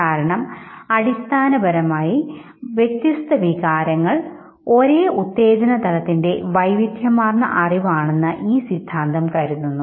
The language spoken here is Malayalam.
കാരണം അടിസ്ഥാനപരമായി വ്യത്യസ്ത വികാരങ്ങൾ ഒരേ ഉത്തേജനതലത്തിന്റെ വൈവിധ്യമാർന്ന അറിവാണെന്ന് ഈ സിദ്ധാന്തം കരുതുന്നു